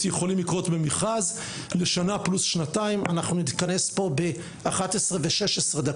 11:06 ונתחדשה בשעה 11:16.)